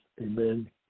Amen